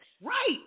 Right